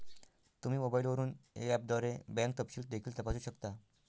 तुम्ही मोबाईलवरून ऍपद्वारे बँक तपशील देखील तपासू शकता